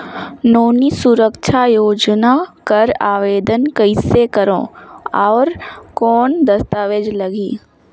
नोनी सुरक्षा योजना कर आवेदन कइसे करो? और कौन दस्तावेज लगही?